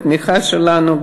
בתמיכה שלנו,